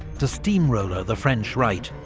to steamroller the french right,